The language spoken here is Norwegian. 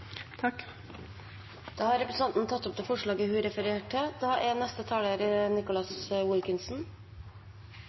Da har representanten Kjersti Toppe tatt opp forslaget fra Senterpartiet og SV som hun refererte til.